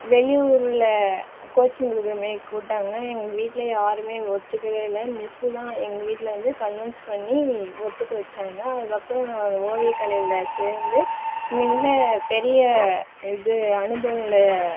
வெளி ஊரில் கோச்சிங் கொடுக்ற மாரி கூப்பிட்டாங்க எங்கள் வீட்டில் யாருமே ஒத்துக்கவே இல்லை மிஸ் தான் எங்கள் வீட்டில் வந்து கன்வெண்ஸ் பண்ணி ஒத்துக்க வச்சாங்க அதுக்கப்பறம் நான் ஓவிய கலையில் சேர்ந்து மிக பெரிய இது அனுபவங்களை